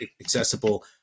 accessible